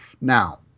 Now